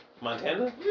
Montana